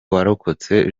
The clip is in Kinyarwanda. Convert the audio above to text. warokotse